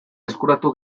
eskuratu